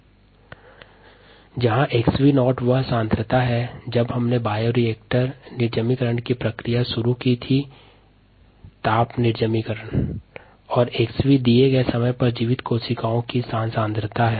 ln xv0xv kd t जहाँ xv शून्य या नॉट वह प्रारंभिक सांद्रता है जिसे हमने बायोरिएक्टर स्टेरिलाईजेशन की प्रक्रिया के शुरुआत में थर्मल स्टेरिलाईजेशन के समय इंगित किया था और xv दिए गये समय पर जीवित कोशिका की सांद्रता है